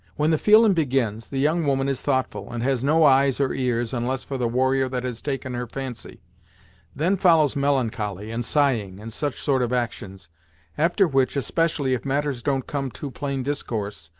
when the feelin' begins, the young woman is thoughtful, and has no eyes or ears onless for the warrior that has taken her fancy then follows melancholy and sighing, and such sort of actions after which, especially if matters don't come to plain discourse,